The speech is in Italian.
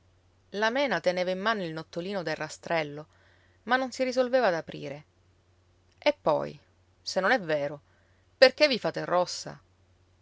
la mena teneva in mano il nottolino del rastrello ma non si risolveva ad aprire e poi se non è vero perché vi fate rossa